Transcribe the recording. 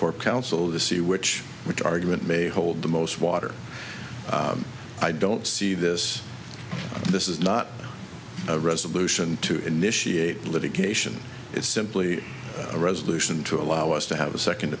core counsel the seawitch which argument may hold the most water i don't see this this is not a resolution to initiate litigation it's simply a resolution to allow us to have a second